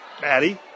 Maddie